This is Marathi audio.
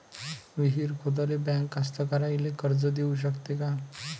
विहीर खोदाले बँक कास्तकाराइले कर्ज देऊ शकते का?